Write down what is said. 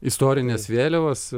istorinės vėliavos